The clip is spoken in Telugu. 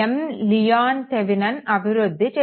లియోన్ థెవెనిన్ అభివృద్ధి చేశారు